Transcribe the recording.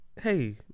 hey